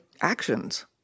actions